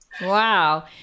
Wow